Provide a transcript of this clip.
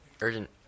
Urgent